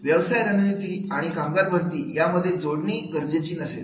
व्यवसाय रणनीति आणि कामगार भरती यामध्ये जोडणी गरजेची नसेल